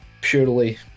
purely